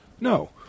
no